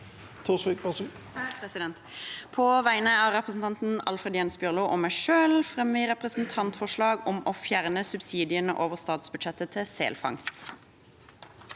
På vegne av representanten Alfred Jens Bjørlo og meg selv fremmer jeg representantforslag om å fjerne subsidiene over statsbudsjettet til selfangst.